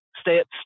steps